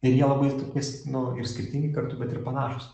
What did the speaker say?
ir jie labai tokie nu ir skirtingi kartu bet ir panašūs